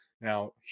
Now